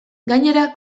gainera